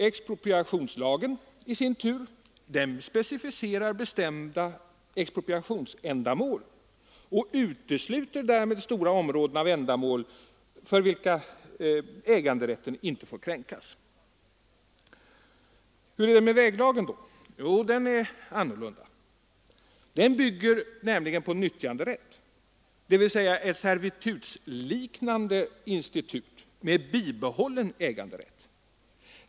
Expropriationslagen i sin tur specificerar bestämda expropriationsändamål och utesluter därmed stora områden av ändamål för vilka äganderätten inte får kränkas. Hur är det då med väglagen? Jo, den är annorlunda. Den bygger nämligen på nyttjanderätt, dvs. ett servitutsliknande institut med bibehållen äganderätt.